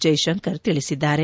ಜೈಶಂಕರ್ ತಿಳಿಸಿದ್ದಾರೆ